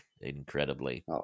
incredibly